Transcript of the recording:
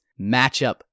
matchup